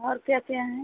और क्या क्या हैं